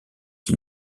qui